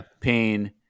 pain